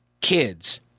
kids